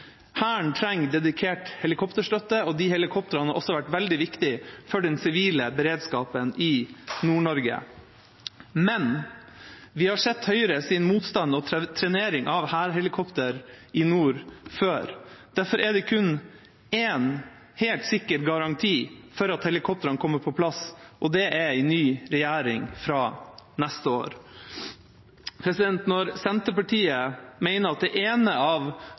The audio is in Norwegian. Hæren trenger dedikert helikopterstøtte, og de helikoptrene har også vært veldig viktige for den sivile beredskapen i Nord-Norge. Men vi har sett Høyres motstand og trenering av hærhelikopter i nord før. Derfor er det kun én helt sikker garanti for at helikoptrene kommer på plass, og det er en ny regjering fra neste år. Når Senterpartiet mener at det ene av to nesten likelydende forslag om helikopter er tomme løfter, mens det andre av